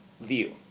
view